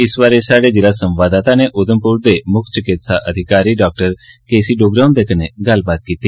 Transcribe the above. इस बारै स्हाड़े जिला संवाददाता नै उधमपुर दे मुक्ख मैडिकल अधिकारी डाक्टर के सी डोगरा हुंदे कन्नै गल्लबात कीती